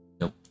Nope